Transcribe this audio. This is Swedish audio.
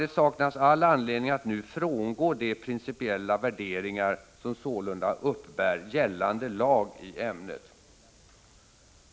Det saknas all anledning att nu frångå de principiella värderingar som sålunda uppbär gällande lag i ämnet.